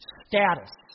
status